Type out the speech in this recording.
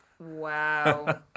Wow